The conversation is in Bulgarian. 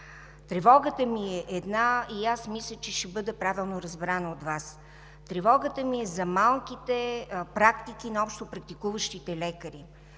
Тревогата ми е една и аз мисля, че ще бъда правилно разбрана от Вас. Тя е за малките практики на общопрактикуващите лекари,